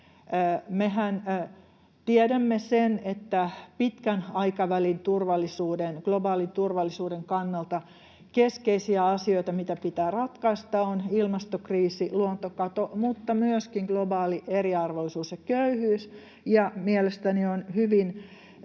Mehän tiedämme sen, että pitkän aikavälin turvallisuuden, globaaliturvallisuuden kannalta keskeisiä asioita, jotka pitää ratkaista, ovat ilmastokriisi, luontokato mutta myöskin globaali eriarvoisuus ja köyhyys. Ja mielestäni on hyvin